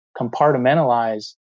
compartmentalize